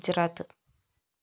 Gujarat